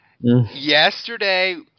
yesterday